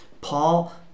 Paul